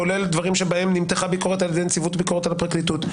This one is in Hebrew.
כולל דברים שבהם נמתחה ביקורת על ידי נציבות ביקורת על הפרקליטות.